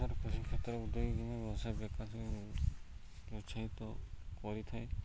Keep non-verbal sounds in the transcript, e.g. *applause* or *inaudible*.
ଯାହାର କୃଷି କ୍ଷେତ୍ର *unintelligible* କରିଥାଏ